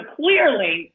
clearly